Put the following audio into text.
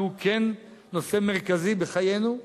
כי הוא כן נושא מרכזי בחיינו.